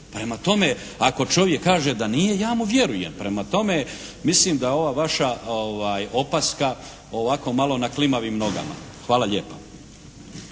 Prema tome ako čovjek kaže da nije, ja mu vjerujem. Prema tome mislim da je ova vaša opaska ovako malo na klimavim nogama. Hvala lijepo.